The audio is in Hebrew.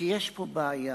כי יש פה בעיה.